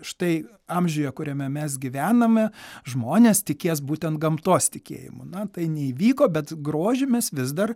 štai amžiuje kuriame mes gyvename žmonės tikės būtent gamtos tikėjimu na tai neįvyko bet grožį mes vis dar